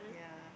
yeah